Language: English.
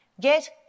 Get